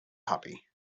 happy